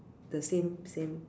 the same same